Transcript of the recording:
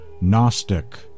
Gnostic